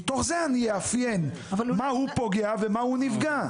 מתוך זה אני אאפיין מה הוא פוגע ומה הוא נפגע.